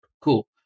Cool